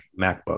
macbook